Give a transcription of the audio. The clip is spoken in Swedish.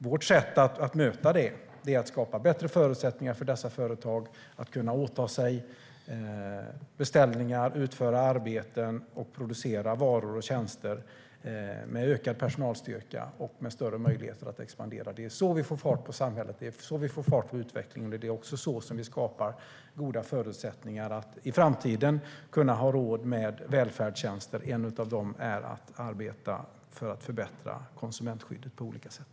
Vårt sätt att möta detta är att skapa bättre förutsättningar för dessa företag att åta sig beställningar, utföra arbeten och producera varor och tjänster med ökad personalstyrka och större möjligheter att expandera. Det är så vi får fart på samhället, och det är så vi får fart på utvecklingen. Det är också så vi skapar goda förutsättningar att i framtiden ha råd med välfärdstjänster. En av dem är att arbeta för att förbättra konsumentskyddet på olika sätt.